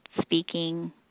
speaking